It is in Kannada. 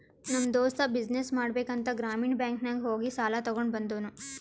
ನಮ್ ದೋಸ್ತ ಬಿಸಿನ್ನೆಸ್ ಮಾಡ್ಬೇಕ ಅಂತ್ ಗ್ರಾಮೀಣ ಬ್ಯಾಂಕ್ ನಾಗ್ ಹೋಗಿ ಸಾಲ ತಗೊಂಡ್ ಬಂದೂನು